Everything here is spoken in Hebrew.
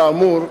כאמור,